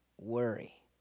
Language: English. worry